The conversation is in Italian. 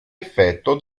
effetto